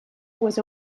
was